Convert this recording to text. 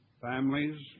Families